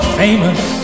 famous